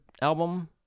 album